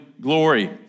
glory